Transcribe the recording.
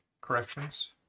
corrections